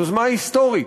יוזמה היסטורית,